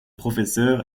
professeur